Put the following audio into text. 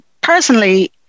personally